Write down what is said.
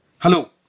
Hello